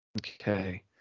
Okay